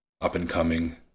up-and-coming